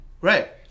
Right